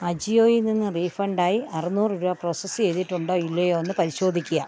അജിയോയിൽ നിന്ന് റീഫണ്ടായി അറുന്നൂറ് രൂപ പ്രോസസ്സ് ചെയ്തിട്ടുണ്ടോ ഇല്ലയോ എന്ന് പരിശോധിക്കുക